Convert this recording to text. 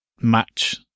match